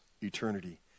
eternity